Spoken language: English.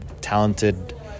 talented